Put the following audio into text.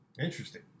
Interesting